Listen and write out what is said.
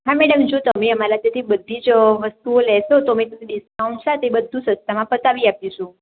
હા મેડમ જો તમે અમારા ત્યાંથી બધીજ વસ્તુઓ લેશો તો અમે ડિસ્કાઉન્ટ સાથે તે બધું સસ્તામાં પતાવી આપીશું